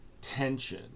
tension